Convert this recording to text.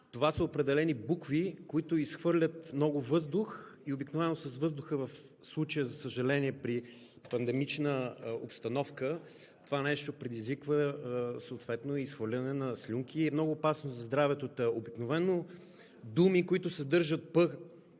Това са определени букви, които изхвърлят много въздух. Обикновено с въздуха, в случая, за съжаление, при пандемична обстановка това нещо предизвиква изхвърляне на слюнки и е много опасно за здравето. Обикновено думи, които съдържат „п“